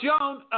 Joan